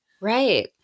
right